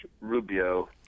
Rubio